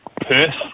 Perth